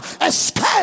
escape